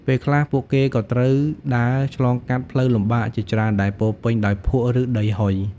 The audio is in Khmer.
ពេលខ្លះពួកគេក៏ត្រូវដើរឆ្លងកាត់ផ្លូវលំបាកជាច្រើនដែលពោរពេញដោយភក់ ឬដីហុយ។